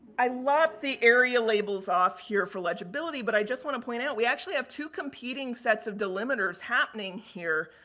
i love the area labels off here for legibility. but, i just want to point out, we actually have two competing sets of delimiters happening here.